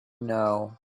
know